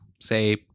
say